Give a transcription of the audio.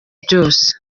byose